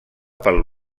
pel